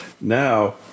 Now